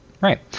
Right